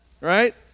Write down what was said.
right